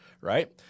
right